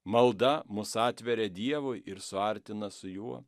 malda mus atveria dievui ir suartina su juo